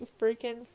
freaking